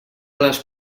les